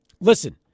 listen